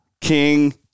King